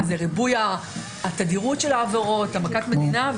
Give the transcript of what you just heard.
ריבוי תדירות העבירות (מכת מדינה),